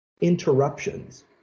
interruptions